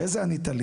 איזה ענית לי.